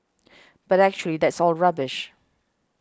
but actually that's all rubbish